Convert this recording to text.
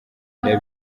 bigira